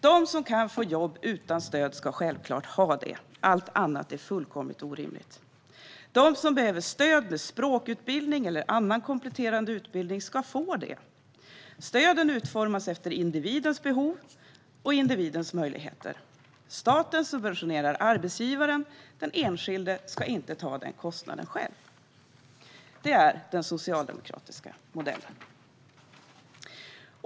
De som kan få jobb utan stöd ska självklart ha det. Allt annat vore fullkomligt orimligt. De som behöver stöd med språkutbildning eller annan kompletterande utbildning ska få det. Stöden utformas utifrån individens behov och möjligheter. Staten subventionerar arbetsgivaren. Denna kostnad ska den enskilde inte själv behöva ta. Detta är den socialdemokratiska modellen.